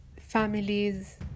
families